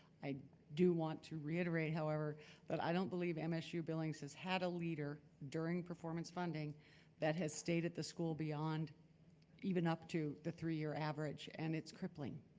i do want to reiterate however that i don't believe msu billings has had a leader during performance funding that has stayed at the school beyond even up to the three year average, and it's crippling.